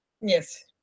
yes